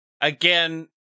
Again